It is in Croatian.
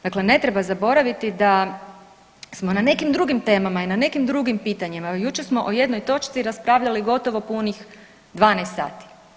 Dakle, ne treba zaboraviti da smo na nekim drugim temama i na nekim drugim pitanjima, evo jučer smo o jednoj točci raspravljali gotovo punih 12 sati.